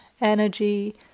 energy